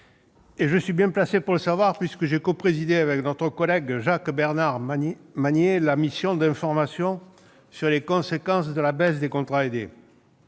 Je suis bien placé pour le savoir puisque j'ai codirigé, avec notre collègue Jacques-Bernard Magner, la mission d'information sur les conséquences de la baisse des contrats aidés